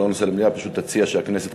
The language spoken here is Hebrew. פשוט תציע שהכנסת,